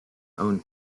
own